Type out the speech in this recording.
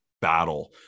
battle